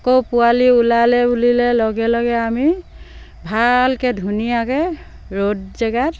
আকৌ পোৱালি ওলালে উলিলে লগে লগে আমি ভালকে ধুনীয়াকে ৰ'দ জেগাত